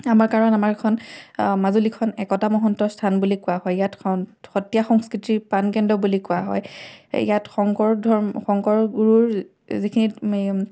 আমাৰ কাৰণ আমাৰ এইখন মাজুলীখন একতা মহন্তৰ স্থান বুলি কোৱা হয় ইয়াত স সত্ৰীয়া সংস্কৃতিৰ প্ৰাণকেন্দ্ৰ বুলি কোৱা হয় ইয়াত শংকৰ ধৰ্ম শংকৰ গুৰুৰ যিখিনিত